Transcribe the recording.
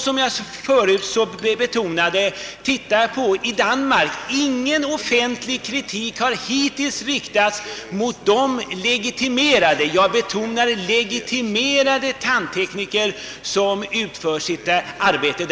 Som jag tidigare betonade har i Danmark ingen offentlig kritik hittills riktats mot — jag betonar det — de legitimerade tandtekniker som utför sina arbeten.